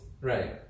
Right